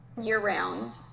year-round